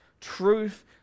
truth